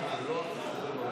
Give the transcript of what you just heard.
ההסתייגות (87) של קבוצת סיעת הליכוד,